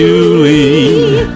Julie